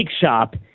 Shop